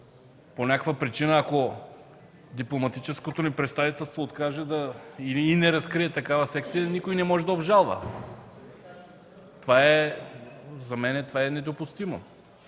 по някаква причина ако дипломатическото ни представителство откаже или не разкрие такава секция, никой не може да обжалва. За мен това е недопустимо,